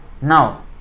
Now